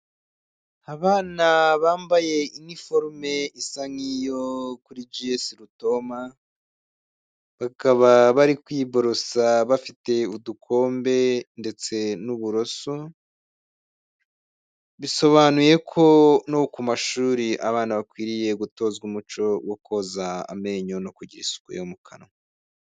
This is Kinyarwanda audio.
Abana bambaye iniforume isa nk'iyo kuri G.S Rutoma, bakaba bari kwiborosa, bafite udukombe ndetse n'uburoso, bisobanuye ko no ku mashuri abana bakwiriye gutozwa umuco wo koza amenyo, no kugira isuku yo mu kanwa.